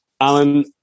Alan